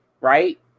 right